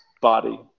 body